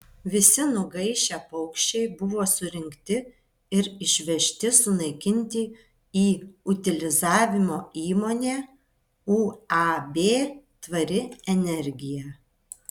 visi nugaišę paukščiai buvo surinkti ir išvežti sunaikinti į utilizavimo įmonę uab tvari energija